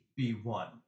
b1